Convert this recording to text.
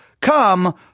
come